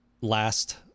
last